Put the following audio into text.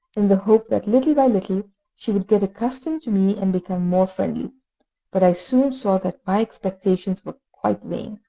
in the hope that little by little she would get accustomed to me, and become more friendly but i soon saw that my expectations were quite vain.